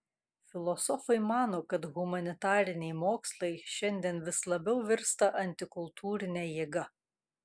filosofai mano kad humanitariniai mokslai šiandien vis labiau virsta antikultūrine jėga